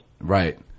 Right